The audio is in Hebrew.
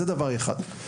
זה דבר אחד.